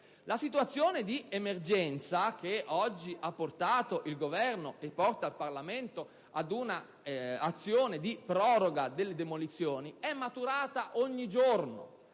La situazione di emergenza, che oggi ha portato il Governo e porta il Parlamento ad un'azione di proroga delle demolizioni, è maturata ogni giorno: